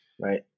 Right